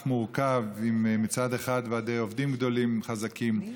מורכב בה: מצד אחד ועדי עובדים גדולים וחזקים,